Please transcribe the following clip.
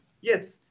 yes